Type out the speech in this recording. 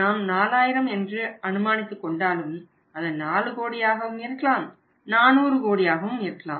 நாம் 4000 என்று அனுமானித்துக் கொண்டாலும் அது 4 கோடியாகவும் இருக்கலாம் 400 கோடியாகவும் இருக்கலாம்